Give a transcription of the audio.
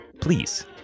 please